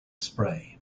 spray